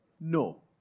no